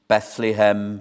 Bethlehem